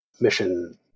mission